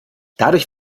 dadurch